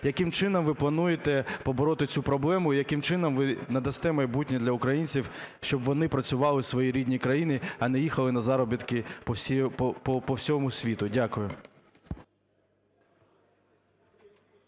Яким чином ви плануєте побороти цю проблему? І яким чином ви надасте майбутнє для українців, щоб вони працювали в своїй рідній країні, а не їхали на заробітки по всьому світу? Дякую.